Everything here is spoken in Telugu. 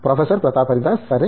ప్రొఫెసర్ ప్రతాప్ హరిదాస్ సరే